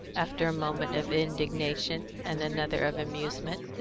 after a moment of indignation, and another of amusement.